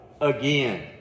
again